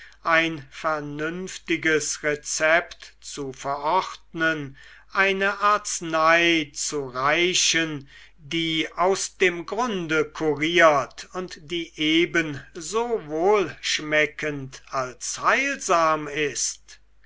ein vernünftiges rezept zu verordnen eine arznei zu reichen die aus dem grunde kuriert und die ebenso wohlschmeckend als heilsam ist